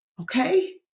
okay